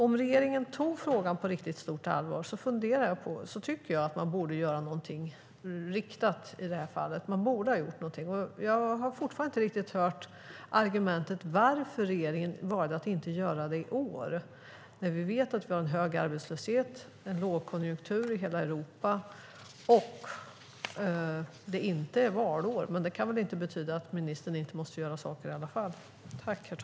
Om regeringen tar frågan på riktigt stort allvar tycker jag att man borde ha gjort något riktat. Jag har inte hört argumentet för varför regeringen valde att inte göra det i år när vi vet att vi har hög arbetslöshet och lågkonjunktur i hela Europa. Det är inte valår, men det kan väl inte betyda att ministern inte måste göra något.